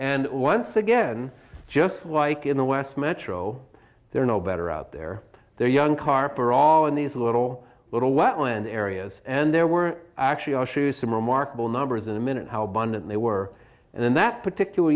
and once again just like in the west metro they're no better out there they're young carp are all in these little little wetland areas and there were actually all shoes some remarkable numbers in a minute how abundant they were in that particular